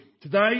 Today